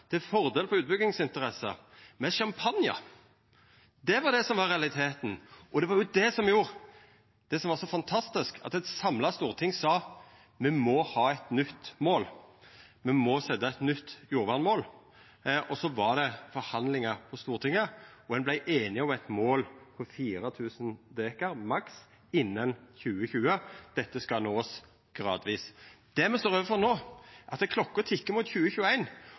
til fordel for utbyggingsinteresser med champagne. Det var det som var realiteten, og det var òg det som gjorde det som var så fantastisk, at eit samla storting sa: Me må ha eit nytt mål. Me må setja eit nytt jordvernmål. Så var det forhandlingar på Stortinget, og ein vart einige om eit mål på maks 4 000 dekar innan 2020. Dette skulle ein nå gradvis. Det me står overfor no, er at klokka tikkar mot